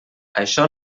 això